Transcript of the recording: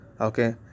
okay